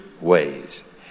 ways